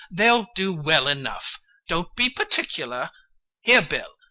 they'll do well enough don't be particular here, bill!